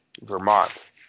Vermont